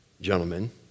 gentlemen